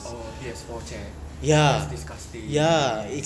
oh P_S four chat that's disgusting